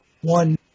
one